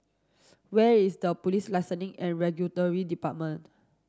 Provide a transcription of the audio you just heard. where is the Police Licensing and Regulatory Department